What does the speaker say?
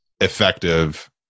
effective